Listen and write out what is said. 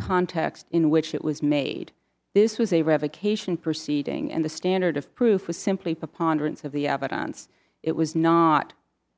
context in which it was made this was a revocation proceeding and the standard of proof was simply preponderance of the evidence it was not